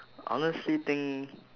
honestly think